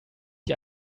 die